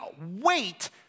wait